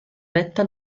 vetta